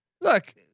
Look